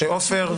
עופר?